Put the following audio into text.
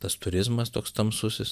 tas turizmas toks tamsusis